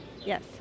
Yes